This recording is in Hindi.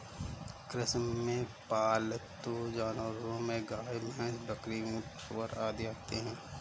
कृषि में पालतू जानवरो में गाय, भैंस, बकरी, ऊँट, सूअर आदि आते है